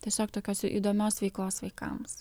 tiesiog tokios įdomios veiklos vaikams